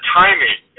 timing